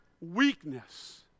weakness